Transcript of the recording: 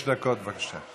חמש דקות, בבקשה.